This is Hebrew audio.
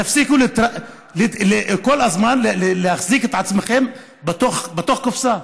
תפסיקו כל הזמן להחזיק את עצמכם בתוך קופסה,